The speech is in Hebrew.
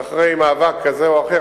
ואחרי מאבק כזה או אחר,